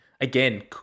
Again